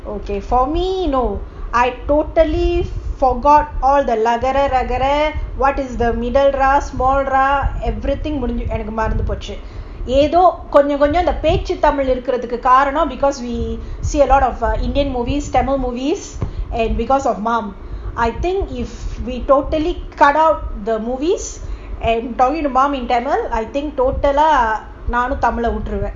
okay for me you no I totally forgot all the லகரரகர:lakara rakara what is the middle R small R எனக்குமறந்துபோச்சுஏதோகொஞ்சம்எனக்குபேச்சுதமிழ்இருக்குறதுக்குகாரணம்:enaku maranthu pochu edho konjam enaku pechu tamil irukurathuku karanam because we see a lot of indian movies tamil movies and because of mum I think if totally cut out the movies and talking to mum in tamil I think நான்வந்துதமிழவிட்டிடுவேன்:nan vandhu tamila vituduven